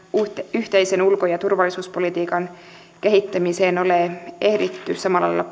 yhteisen ulko ja turvallisuuspolitiikan kehittämiseen ole ehditty panostaa samalla lailla